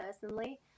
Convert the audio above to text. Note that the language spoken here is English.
personally